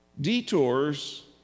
Detours